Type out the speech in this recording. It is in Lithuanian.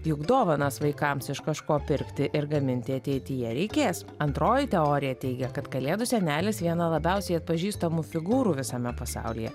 juk dovanas vaikams iš kažko pirkti ir gaminti ateityje reikės antroji teorija teigia kad kalėdų senelis viena labiausiai atpažįstamų figūrų visame pasaulyje